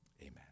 Amen